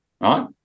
right